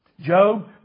Job